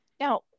Now